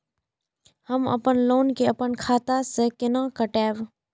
हम अपन लोन के अपन खाता से केना कटायब?